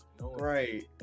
Right